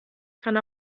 kann